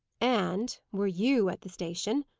and, were you at the station,